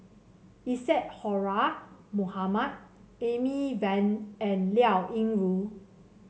Isadhora Mohamed Amy Van and Liao Yingru